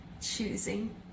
choosing